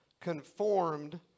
conformed